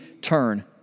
turn